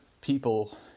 people